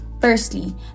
Firstly